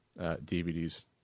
DVDs